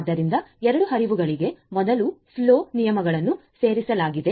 ಆದ್ದರಿಂದ 2 ಹರಿವುಗಳಿಗೆ ಮೊದಲ ಫ್ಲೋ ನಿಯಮವನ್ನು ಸೇರಿಸಲಾಗಿದೆ